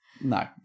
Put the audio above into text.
No